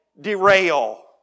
derail